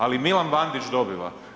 Ali Milan Bandić dobiva.